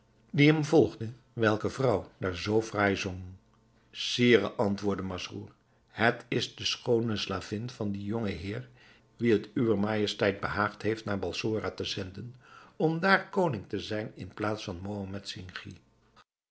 die hem volgde welke vrouw daar zoo fraai zong sire antwoordde masrour het is de schoone slavin van dien jongen heer wien het uwer majesteit behaagd heeft naar balsora te zenden om daar koning te zijn in de plaats van mohammed